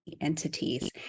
entities